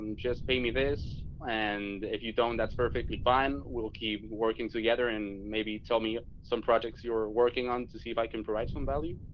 and just pay me this and if you don't, that's perfectly fine. we'll keep working together and maybe tell me some projects you are working on to see if i can provide some value.